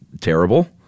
Terrible